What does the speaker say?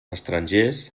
estrangers